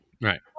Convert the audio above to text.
Right